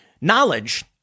Knowledge